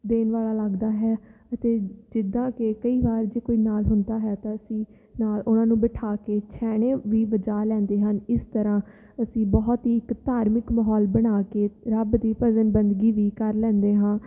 ਦੇਣ ਵਾਲਾ ਲੱਗਦਾ ਹੈ ਅਤੇ ਜਿੱਦਾਂ ਕਿ ਕਈ ਵਾਰ ਜੇ ਕੋਈ ਨਾਲ ਹੁੰਦਾ ਹੈ ਤਾਂ ਅਸੀਂ ਨਾਲ ਉਹਨਾਂ ਨੂੰ ਬਿਠਾ ਕੇ ਛੈਣੇ ਵੀ ਵਜਾ ਲੈਂਦੇ ਹਨ ਇਸ ਤਰ੍ਹਾਂ ਅਸੀਂ ਬਹੁਤ ਹੀ ਇੱਕ ਧਾਰਮਿਕ ਮਾਹੌਲ ਬਣਾ ਕੇ ਰੱਬ ਦੀ ਭਜਨ ਬੰਦਗੀ ਵੀ ਕਰ ਲੈਂਦੇ ਹਾਂ